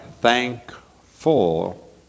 thankful